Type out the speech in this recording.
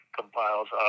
compiles